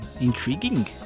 Intriguing